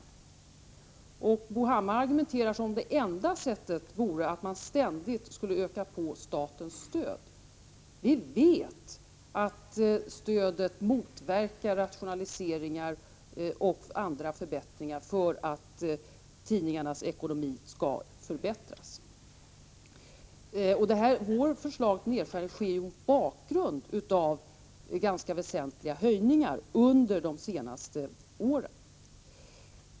Bo Hammar argumenterar som om det enda sättet vore att ständigt öka på statens stöd. Vi vet att det stödet motverkar rationaliseringar och andra förbättringar för tidningarnas ekonomi. Vi föreslår en nedskärning mot bakgrund av ganska väsentliga höjningar under de senaste åren.